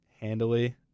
handily